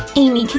amy, can